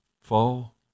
fall